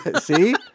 See